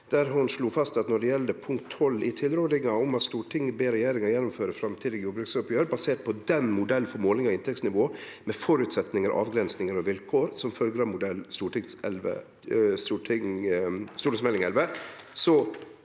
Ho slo fast at når det gjeld XII i tilrådinga – «Stortinget ber regjeringen gjennomføre fremtidige jordbruksoppgjør basert på den modell for måling av inntektsnivå, med forutsetninger, avgrensninger og vilkår, som følger av Meld. St. 11